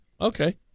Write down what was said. Okay